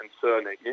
concerning